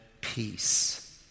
peace